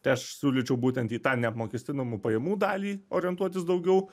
tai aš siūlyčiau būtent į tą neapmokestinamų pajamų dalį orientuotis daugiau